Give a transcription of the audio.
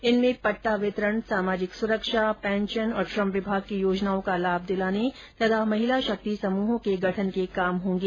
इनमें पट्टा वितरण सामाजिक सुरक्षा पेंशन और श्रम विभाग की योजनाओं का लाभ दिलाने तथा महिला शक्ति समूहों के गठन के काम होंगे